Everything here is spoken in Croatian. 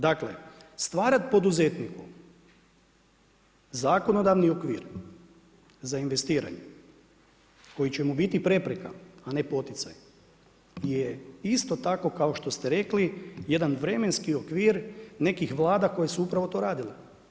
Dakle, stvarati poduzetniku, zakonodavni okvir, za investiranje, koji će mu biti prepreka, a ne poticaj, je isto tako kao što ste rekli, jedan vremenski okvir nekih vlada koje su upravo to radile.